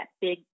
big